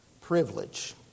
Privilege